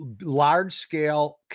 large-scale